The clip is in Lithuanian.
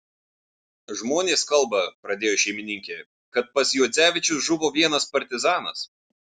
žmonės kalba pradėjo šeimininkė kad pas juodzevičius žuvo vienas partizanas